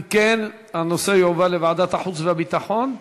אם כן, הנושא יועבר לוועדת החוץ והביטחון לדיון.